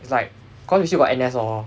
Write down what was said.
is like cause you still got N_S all